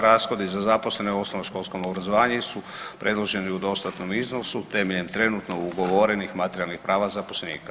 Rashodi za zaposlene u osnovnoškolskom obrazovanju su predloženi u dostatnom iznosu temeljem trenutno ugovorenih materijalnih prava zaposlenika.